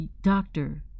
Doctor